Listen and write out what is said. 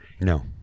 no